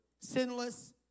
sinless